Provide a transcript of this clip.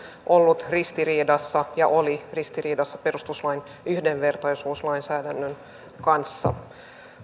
ollut ristiriidassa ja oli ristiriidassa perustuslain yhdenvertaisuuslainsäädännön kanssa